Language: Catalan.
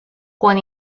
quan